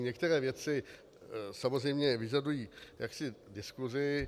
Některé věci samozřejmě vyžadují diskusi.